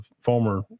former